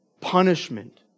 Punishment